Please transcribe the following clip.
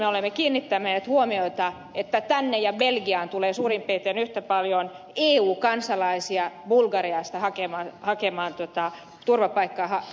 olemme kiinnittäneet huomiota siihen että tänne ja belgiaan tulee suurin piirtein yhtä paljon eu kansalaisia bulgariasta hakemaan turvapaikkaa